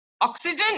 oxygen